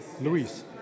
Luis